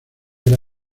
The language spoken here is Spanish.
era